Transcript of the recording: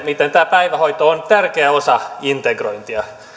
miten tämä päivähoito on tärkeä osa integrointia